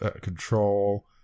control